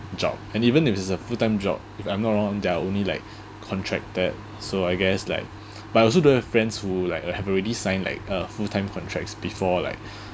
job and even if it's a full time job if I'm not wrong there are only like contracted so I guess like but I also do have friends who like uh have already sign like a full time contracts before like